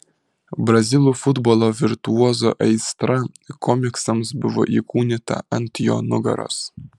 brazilų futbolo virtuozo aistra komiksams buvo įkūnyta ant jo nugaros